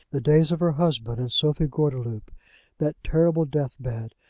the days of her husband and sophie gordeloup that terrible deathbed,